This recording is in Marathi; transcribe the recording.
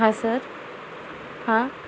हां सर